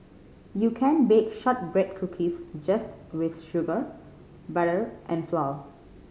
you can bake shortbread cookies just with sugar butter and flour